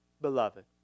Beloved